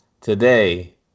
Today